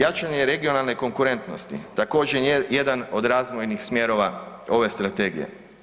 Jačanje regionalne konkurentnosti također je jedan od razvojnih smjerova ove strategije.